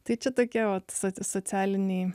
tai čia tokia vat socialiniai